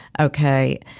okay